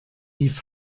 rief